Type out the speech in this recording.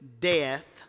death